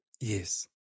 yes